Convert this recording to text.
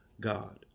God